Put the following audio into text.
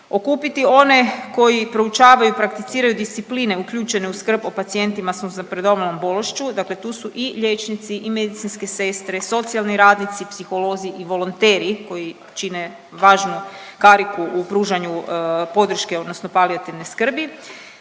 okupiti one koji proučavaju i prakticiraju discipline uključene u skrb o pacijentima sa uznapredovalom bolešću. Dakle, tu su i liječnici i medicinske sestre, socijalni radnici, psiholozi i volonteri koji čine važnu kariku u pružanju podrške, odnosno palijativne skrbi.